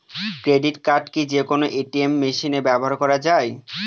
Credit card কি যে কোনো এ.টি.এম মেশিনে ব্যবহার করা য়ায়?